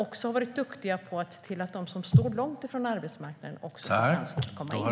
Där har man varit duktig på att se till att de som står långt från arbetsmarknaden har kommit in på den.